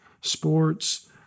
sports